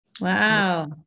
Wow